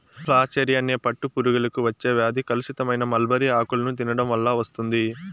flacherie అనే పట్టు పురుగులకు వచ్చే వ్యాధి కలుషితమైన మల్బరీ ఆకులను తినడం వల్ల వస్తుంది